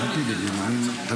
זה